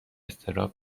اضطراب